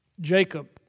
Jacob